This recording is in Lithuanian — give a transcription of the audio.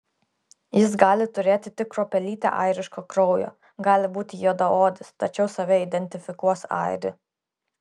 jis gali turėti tik kruopelytę airiško kraujo gali būti juodaodis tačiau save identifikuos airiu